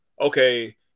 Okay